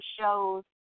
shows